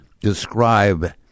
describe